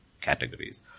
categories